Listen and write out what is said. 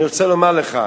אני רוצה לומר לך.